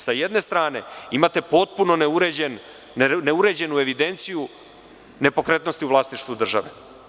Sa jedne strane imate potpuno neuređenu evidenciju nepokretnosti u vlasništvu države.